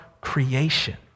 creation